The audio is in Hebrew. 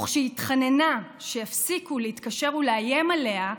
וכשהיא התחננה שיפסיקו להתקשר ולאיים עליה,